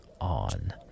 on